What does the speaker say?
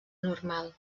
normal